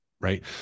right